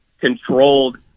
controlled